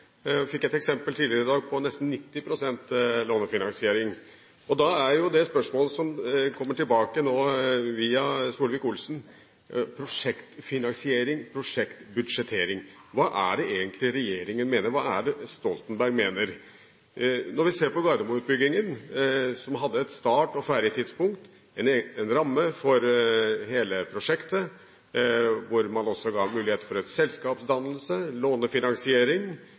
tidligere i dag et eksempel på nesten 90 pst. lånefinansiering. Og da er spørsmålet en kommer tilbake til nå – via Solvik-Olsen: Når det gjelder prosjektfinansiering, prosjektbudsjettering, hva er det egentlig regjeringen mener? Hva er det Stoltenberg mener? Når vi ser på Gardermo-utbyggingen, som hadde et starttidspunkt og et ferdigtidspunkt, en ramme for hele prosjektet, hvor man også ga mulighet for selskapsdannelse, lånefinansiering